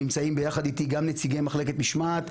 נמצאים יחד איתי גם נציגי מחלקת משמעת,